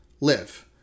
live